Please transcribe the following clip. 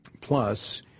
Plus –